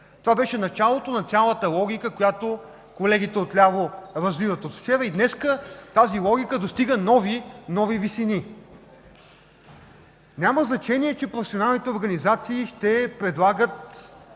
Това беше началото на цялата логика, която колегите от ляво развиват от вчера. Днес тази логика достигна нови висини. Няма значение, че професионалните организации ще предлагат